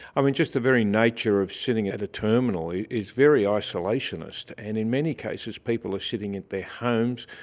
i mean, just the very nature of sitting at a terminal yeah is very isolationist, and in many cases people are sitting at their homes.